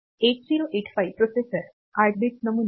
8085 processor 8 bit नमुना Pattern